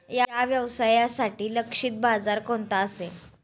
या व्यवसायासाठी लक्षित बाजार कोणता असेल?